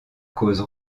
cause